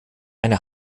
eine